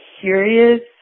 curious